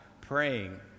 praying